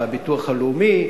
מהביטוח הלאומי,